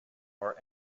are